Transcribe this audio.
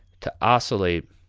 to oscillate